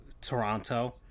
Toronto